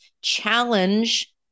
challenge